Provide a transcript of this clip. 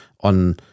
on